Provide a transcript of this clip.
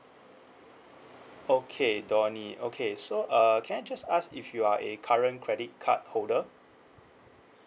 okay donny okay so uh can I just ask if you are a current credit card holder